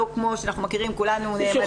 כמו שאנחנו מכירים שכולנו נעמדים ומחכים לצאת.